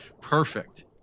Perfect